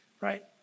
right